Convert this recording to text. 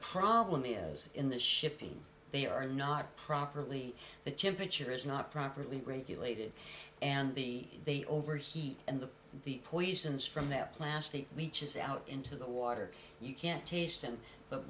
problem is in the shipping they are not properly the temperature is not properly regulated and b they overheat and the the poisons from that plastic leeches out into the water you can't taste